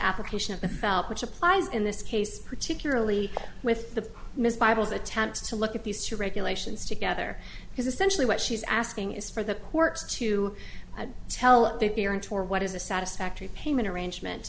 application of the felt which applies in this case particularly with the miss bible's attempts to look at these two regulations together because essentially what she's asking is for the court to tell the parents or what is a satisfactory payment arrangement